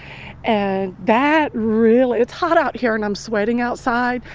and that really, it's hot out here and i'm sweating outside,